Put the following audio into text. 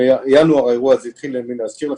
בינואר האירוע הזה התחיל להזכיר לכם,